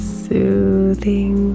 soothing